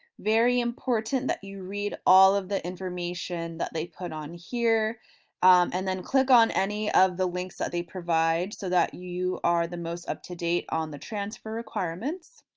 very important that you read all of the information that they put on here and then click on any of the links that they provide so that you are the most up-to-date on the transfer requirements.